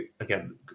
again